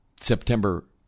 September